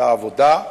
היתה עבודה,